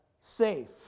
safe